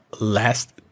last